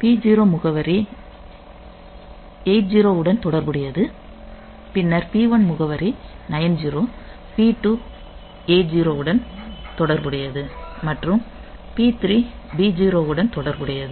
P0 முகவரி 80 உடன் தொடர்புடையது பின்னர் P1 முகவரி 90 P2 A0 உடன் தொடர்புடையது மற்றும் P3 B0 உடன் தொடர்புடையது